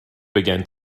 began